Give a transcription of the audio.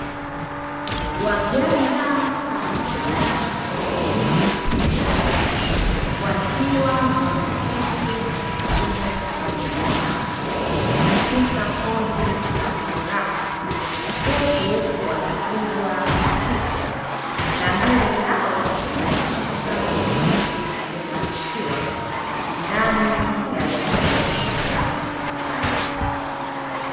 Waganga pamoja na wauguzi mbalimbali, wakiwa wameketi na wengine wamesimama, katika pozi la furaha, huku wakipigwa picha, na mbele yao kuna meza nzuri iliyonakishiwa ndani ya eneo la hospitali.